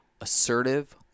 assertive